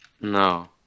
No